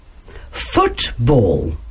football